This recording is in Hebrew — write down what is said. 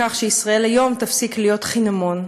זה ש"ישראל היום" יפסיק להיות חינמון.